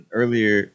earlier